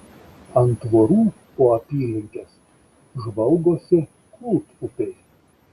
ant tvorų po apylinkes žvalgosi kūltupiai